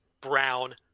brown